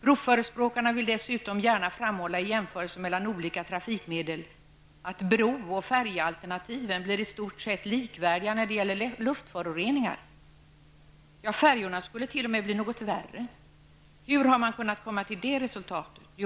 Broförespråkarna vill dessutom gärna i jämförelser mellan olika trafikmedel framhålla att bro och färjealternativen blir i stor sett likvärdiga när det gäller luftföroreningar -- ja, resultatet av färjorna skulle t.o.m. bli något värre. Hur har man kunnat komma till det resultatet?